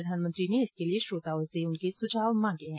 प्रधानमंत्री ने इसके लिए श्रोताओं से सुझाव मांगे हैं